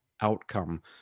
outcome